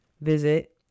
visit